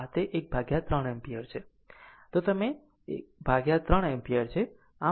આમ તે 13 એમ્પીયર છે આમ તે તમે 3 એમ્પીયર છે